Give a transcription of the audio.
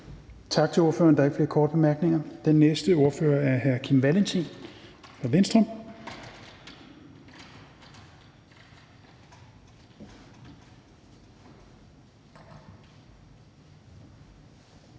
Tak til ordføreren. Der er ikke flere korte bemærkninger. Den næste ordfører er hr. Kim Valentin fra Venstre.